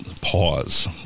pause